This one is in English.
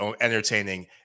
entertaining